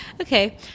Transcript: Okay